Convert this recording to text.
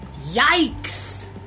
yikes